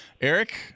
Eric